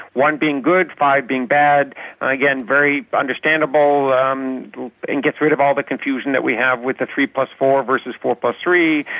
one being good, five being bad, and again, very understandable um and gets rid of all the confusion that we have with the three plus four versus four plus three,